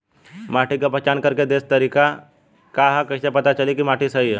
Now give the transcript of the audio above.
माटी क पहचान करके देशी तरीका का ह कईसे पता चली कि माटी सही ह?